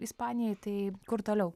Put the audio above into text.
ispanijoj tai kur toliau